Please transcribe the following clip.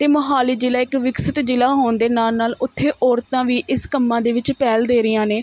ਅਤੇ ਮੋਹਾਲੀ ਜ਼ਿਲ੍ਹਾ ਇੱਕ ਵਿਕਸਿਤ ਜ਼ਿਲ੍ਹਾ ਹੋਣ ਦੇ ਨਾਲ ਨਾਲ ਉੱਥੇ ਔਰਤਾਂ ਵੀ ਇਸ ਕੰਮਾਂ ਦੇ ਵਿੱਚ ਪਹਿਲ ਦੇ ਰਹੀਆਂ ਨੇ